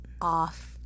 off